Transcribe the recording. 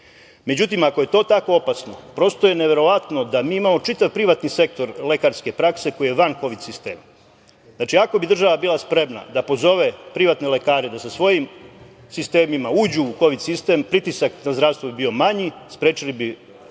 Međutim, ako je to tako opasno, prosto je neverovatno da mi imamo čitav privatni sektor lekarske prakse koja je van kovid sistema. Znači, ako bi država bila spremna da pozove privatne lekare da sa svojim sistemima uđu u kovid sistem, pritisak na zdravstvo bi bio manji, sprečili bi